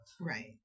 right